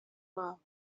wabo